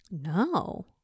No